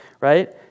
right